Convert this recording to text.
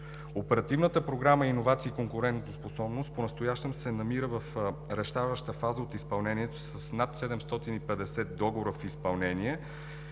Оперативната програма „Иновации и конкурентоспособност“ понастоящем се намира в решаваща фаза от изпълнението си с над 750 договора в изпълнение